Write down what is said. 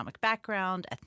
background